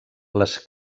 les